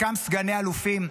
חלקם סגני אלופים.